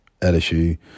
LSU